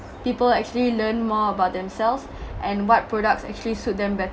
people actually learn more about themselves and what products actually suit them